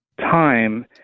time